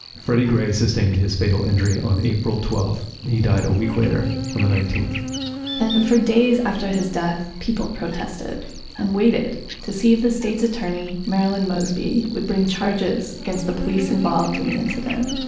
freddie gray sustained his fatal injury on april twelfth. he died a week later on the nineteenth and for days after his death, people protested and waited to see if the state's attorney marilyn mosby would bring charges against the police involved in the incident.